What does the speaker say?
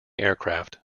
aircraft